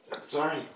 Sorry